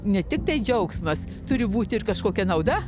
ne tiktai džiaugsmas turi būt ir kažkokia nauda